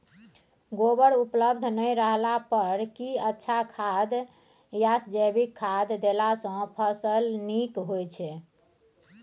गोबर उपलब्ध नय रहला पर की अच्छा खाद याषजैविक खाद देला सॅ फस ल नीक होय छै?